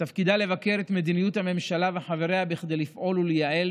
שתפקידה לבקר את מדיניות הממשלה וחבריה כדי לפעול לייעול